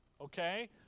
Okay